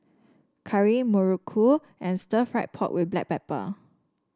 curry muruku and stir fry pork with Black Pepper